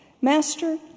Master